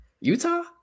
Utah